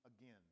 again